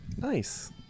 nice